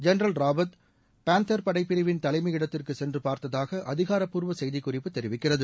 general Rawat panther படை பிரிவின் தலைமையிடத்திற்கு சென்றுப் பார்த்தாக அதிகாரப்பூர்வ செய்திக் குறிப்பு தெரிவிக்கிறது